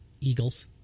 Eagles